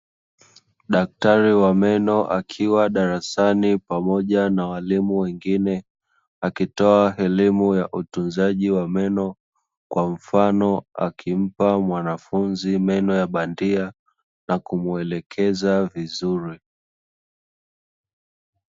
Daktari wa meno akiwa darasani pamoja na walimu wengine, akitoa elimu ya utunzaji wa meno, kwa mfano akimpa mwanafunzi meno ya bandia na kumuelekeza vizuri.